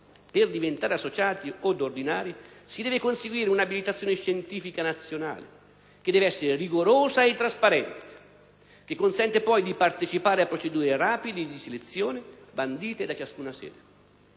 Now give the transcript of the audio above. Per diventare associati od ordinari si deve conseguire un'abilitazione scientifica nazionale, che deve essere rigorosa e trasparente e che consente poi di partecipare a procedure rapide di selezione bandite da ciascuna sede.